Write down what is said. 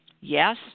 Yes